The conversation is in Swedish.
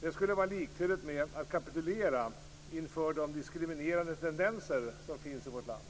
Detta skulle vara liktydigt med att kapitulera inför de diskriminerande tendenser som finns i vårt land.